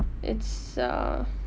it's a